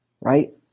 right